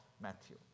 Matthew